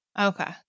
Okay